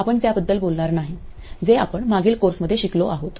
आपण त्याबद्दल बोलणार नाही जे आपण मागील कोर्समध्ये शिकलो आहोत